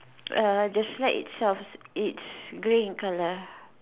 err the slide itself it's grey in color